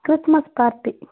Christmas party